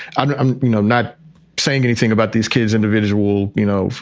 i'm i'm you know not saying anything about these kids, individual, you know,